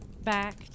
back